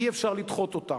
אי-אפשר לדחות אותם,